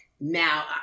now